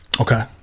Okay